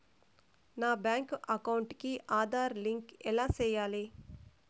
నా bank account కి Aadhaar link ఎలా సేయాలి